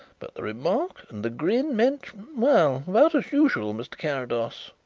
but the remark and the grin meant well, about as usual, mr. carrados.